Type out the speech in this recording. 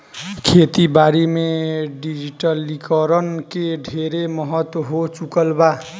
खेती बारी में डिजिटलीकरण के ढेरे महत्व हो चुकल बा